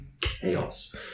chaos